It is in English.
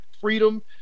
freedom